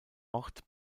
ort